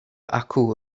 acw